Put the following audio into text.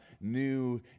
new